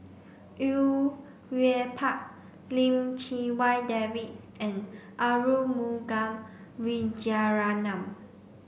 Au Yue Pak Lim Chee Wai David and Arumugam Vijiaratnam